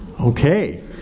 Okay